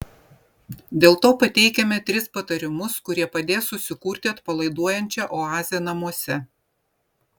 dėl to pateikiame tris patarimus kurie padės susikurti atpalaiduojančią oazę namuose